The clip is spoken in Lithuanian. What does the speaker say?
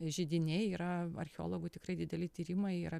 židiniai yra archeologų tikrai dideli tyrimai yra